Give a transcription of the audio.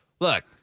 Look